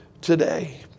today